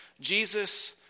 Jesus